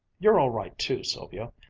you're all right too, sylvia.